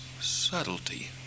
subtlety